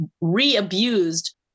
re-abused